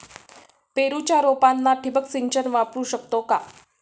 पेरूच्या रोपांना ठिबक सिंचन वापरू शकतो का?